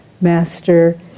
Master